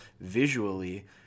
visually